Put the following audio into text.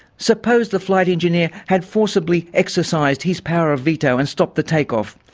suppose the flight engineer had forcibly exercised his power of veto and stopped the take off.